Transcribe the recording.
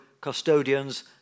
custodians